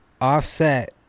Offset